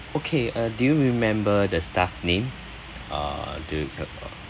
okay uh do you remember the staff name uh do you have (uh）